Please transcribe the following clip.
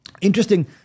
Interesting